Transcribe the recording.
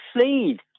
seed